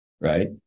right